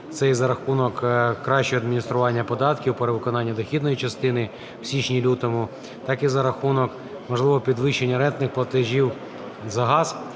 це і за рахунок кращого адміністрування податків, перевиконання дохідної частини в січні-лютому, так і за рахунок можливого підвищення рентних платежів за газ.